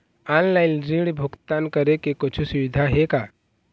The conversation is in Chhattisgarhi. ऑनलाइन ऋण भुगतान करे के कुछू सुविधा हे का?